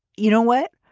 you know what?